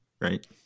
Right